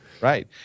Right